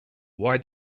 why